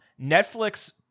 Netflix